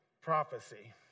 prophecy